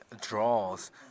draws